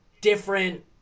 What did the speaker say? different